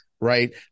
right